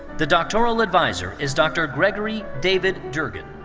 the doctoral adviser is dr. gregory david durban.